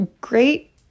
great